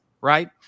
right